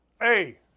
Hey